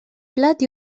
plat